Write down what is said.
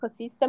ecosystem